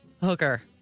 Hooker